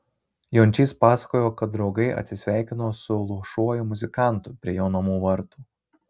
jončys pasakojo kad draugai atsisveikino su luošuoju muzikantu prie jo namų vartų